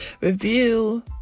review